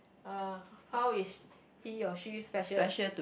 uh how is he or she special